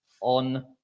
on